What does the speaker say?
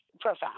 profound